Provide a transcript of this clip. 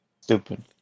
Stupid